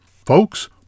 Folks